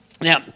Now